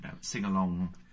sing-along